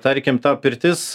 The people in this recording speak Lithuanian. tarkim ta pirtis